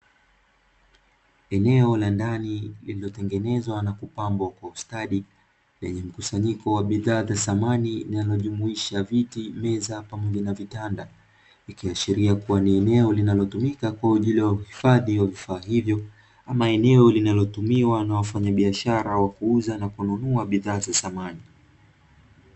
Eneo la ndani lililotengenezwa na kupambwa kwa ustadi, lenye mkusanyiko wa bidhaa za thamani linalojumuisha viti, meza pamoja na vitanda vikiashiria kuwa ni eneo linalotumika kwa ajili ya uhifadhi wa vifaa hivyo, ama eneo linalotumiwa na wafanyabiashara wa kuuza na kununua bidhaa za thamani.